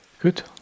Good